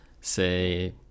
say